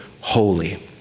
holy